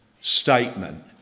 statement